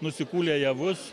nusikūlę javus